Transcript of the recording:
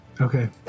okay